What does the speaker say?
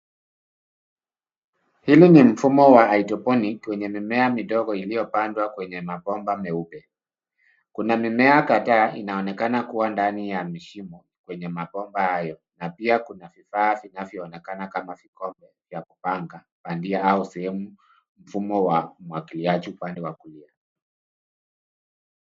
Hili ni mfumo wa hydroponic wenye mimea midogo iliyopandwa kwenye mabomba meupe. Kuna mimea kadhaa inaonekana kuwa ndani ya mishimo kwenye mabomba hayo, na pia kuna vifaa vinavyoonekana kama vikombe vya kupanga bandia au sehemu, mfumo wa umwagiliaji upande wa kulia.